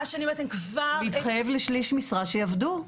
להתחייב לשליש משרה שיעבדו.